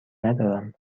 ندارم